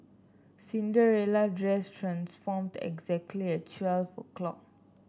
Cinderella dress transformed exactly at twelve o'clock